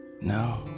No